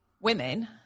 women